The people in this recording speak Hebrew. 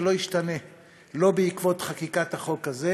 זה לא ישתנה לא בעקבות חקיקת החוק הזה